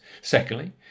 Secondly